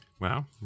Wow